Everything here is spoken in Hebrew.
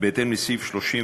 בהתאם לסעיף 31(ד)